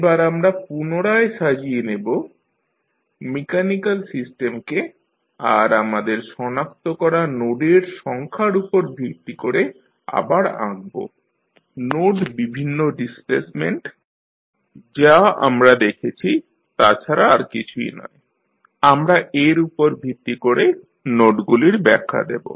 এবার আমরা পুনরায় সাজিয়ে নেব মেকানিক্যাল সিস্টেমকে আর আমাদের সনাক্ত করা নোডের সংখ্যার উপর ভিত্তি করে আবার আঁকব নোড বিভিন্ন ডিসপ্লেসমেন্ট যা আমরা দেখেছি তা' ছাড়া আর কিছুই নয় আমরা এর উপর ভিত্তি করে নোডগুলির ব্যাখ্যা দেবো